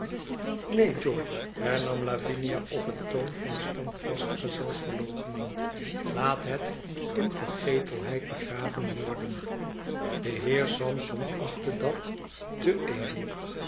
george hernam lavinia op een toon van standvastige zelfverloochening laat het in vergetelheid begraven worden de heer sampson achtte dat te edel